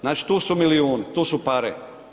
Znači tu su milijuni, tu su pare.